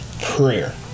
prayer